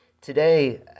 Today